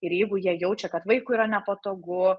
ir jeigu jie jaučia kad vaikui yra nepatogu